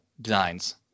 designs